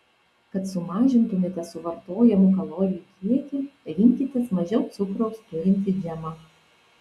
kad sumažintumėte suvartojamų kalorijų kiekį rinkitės mažiau cukraus turintį džemą